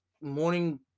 morning